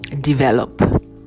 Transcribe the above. develop